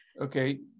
Okay